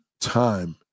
time